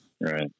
right